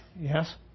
yes